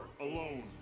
alone